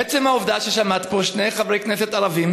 עצם העובדה ששמעת פה שני חברי כנסת ערבים,